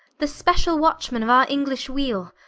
the speciall watch-men of our english weale,